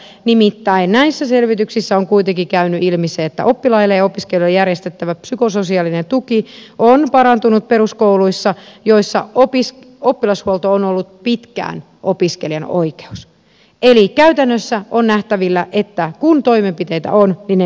nimittäin näissä selvityksissä on kuitenkin käynyt ilmi se että oppilaille ja opiskelijoille järjestettävä psykososiaalinen tuki on parantunut peruskouluissa joissa oppilashuolto on ollut pitkään opiskelijan oikeus eli käytännössä on nähtävillä että kun toimenpiteitä on niin ne myöskin purevat